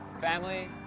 family